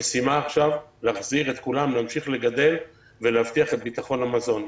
המשימה עכשיו היא להחזיר את כולם להמשיך לגדל ולהבטיח את ביטחון המזון.